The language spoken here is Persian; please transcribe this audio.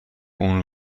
اون